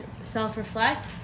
self-reflect